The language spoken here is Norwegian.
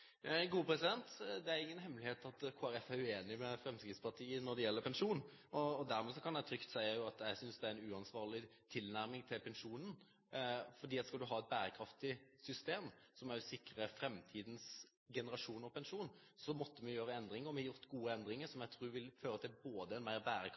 Det er ingen hemmelighet at Kristelig Folkeparti er uenig med Fremskrittspartiet når det gjelder pensjon, og dermed kan jeg trygt si at jeg synes det er en uansvarlig tilnærming til pensjonen. For skal du ha et bærekraftig system som også sikrer framtidens generasjoner pensjon, måtte vi gjøre endringer. Vi har gjort gode endringer, som jeg tror vil føre til en mer